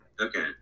Okay